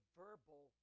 verbal